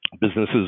Businesses